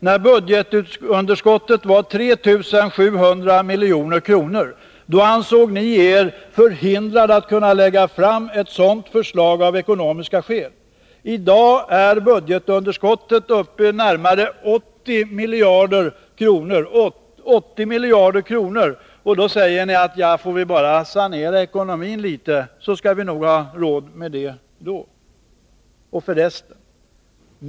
När budgetunderskottet var 3 700 milj.kr. ansåg ni er förhindrade av ekonomiska skäl att lägga fram ett sådant förslag. I dag är budgetunderskottet uppe i närmare 80 miljarder kronor. Då säger ni att får vi bara sanera ekonomin litet skall vi nog ha råd med det.